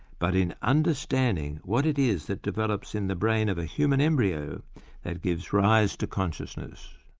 but in understanding what it is that develops in the brain of a human embryo that gives rise to consciousness.